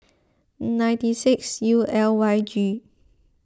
ninety six U L Y G